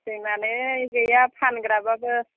जोंना नै गैया फानग्राब्लाबो